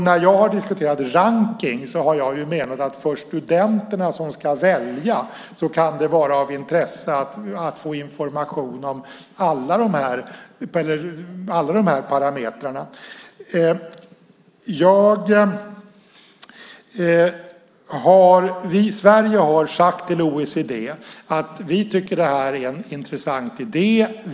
När jag har diskuterat rankning har jag menat att det för studenterna, som ska välja, kan vara av intresse att få information om alla de parametrarna. Vi i Sverige har sagt till OECD att vi tycker att det är en intressant idé.